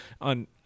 on